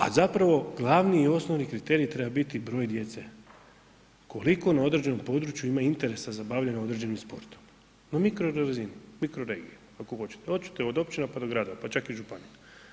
A zapravo glavni i osnovni kriterij treba biti broj djece, koliko na određenom području ima interesa za bavljenje određenim sportom, na mikrorazini, mikroregija kako hoćete, hoćete od općina pa do gradova, pa čak i županija.